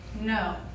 no